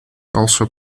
also